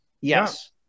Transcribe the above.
Yes